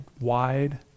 wide